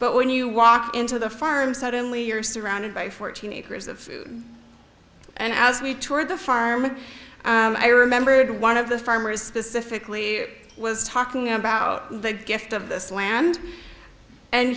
but when you walk into the farm suddenly you're surrounded by fourteen acres of food and as we toured the farm i remembered one of the farmers specifically was talking about the gift of this land